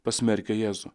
pasmerkė jėzų